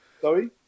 Sorry